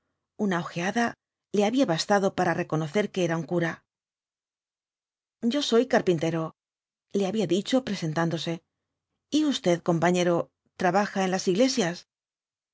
una ojeada le había bastado para reconocer que era un cura yo soy carpintero le había dicho presentándose y usted compañero trabaja en las iglesias